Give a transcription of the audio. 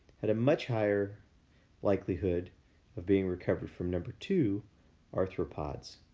had a much higher likelihood of being recovered from number two arthropods.